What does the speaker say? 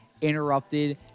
interrupted